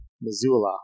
Missoula